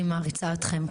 אני מעריצה אתכם.